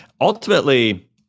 ultimately